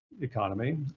economy